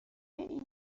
این